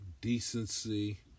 decency